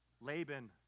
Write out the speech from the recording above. Laban